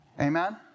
Amen